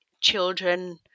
children